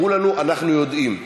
אמרו לנו: אנחנו יודעים,